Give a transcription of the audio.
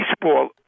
baseball